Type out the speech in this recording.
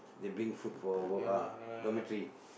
they bring food for work ah dormitory